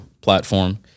platform